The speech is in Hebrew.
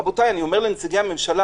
רבותיי, אני אומר לנציגי הממשלה,